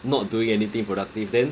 not doing anything productive then